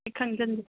ꯈꯪꯖꯟꯒꯦ